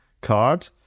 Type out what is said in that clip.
card